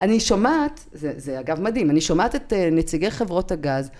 אני שומעת, זה אגב מדהים, אני שומעת את נציגי חברות הגז